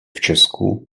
česku